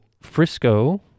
Frisco